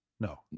No